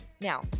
Now